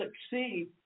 succeed